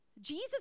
Jesus